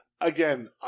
again